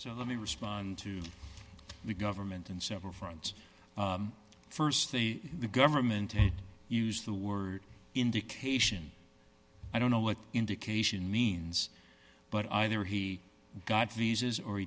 so let me respond to the government and several fronts first the government used the word indication i don't know what indication means but either he got visas or